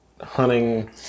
hunting